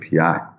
API